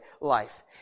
life